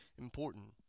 important